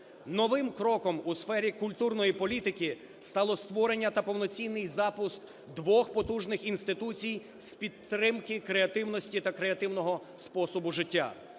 Новим кроком у сфері культурної політики стало створення та повноцінний запуск двох потужних інституцій з підтримки креативності та креативного способу життя